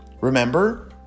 remember